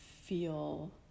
feel